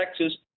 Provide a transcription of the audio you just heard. Texas